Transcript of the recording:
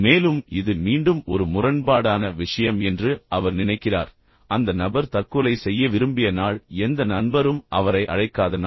மேலும் இது மீண்டும் ஒரு முரண்பாடான விஷயம் என்று அவர் நினைக்கிறார் அந்த நபர் தற்கொலை செய்ய விரும்பிய நாள் எந்த நண்பரும் அவரை அழைக்காத நாள்